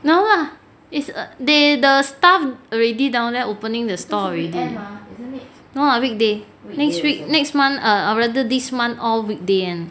no ah is a they the stuff already down there opening the store already no lah weekday next week next month or rather this month all weekday [one]